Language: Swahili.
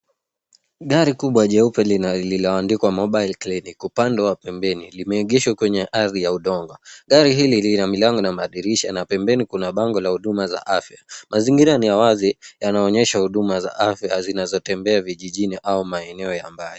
Gari kubwa jeupe lilio andikwa mobile clinic upande wa pembeni limeegeshwa kwenye ardhi ya udongo. Gari hili lina milango na madirisha na pembeni kuna bango la huduma za afia. Mazingira ni ya wazi yanaonyesha huduma za afia zinazo tembea vijijini au maeneo ya mbali.